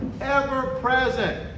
Ever-present